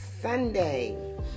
Sunday